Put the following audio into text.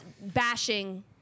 bashing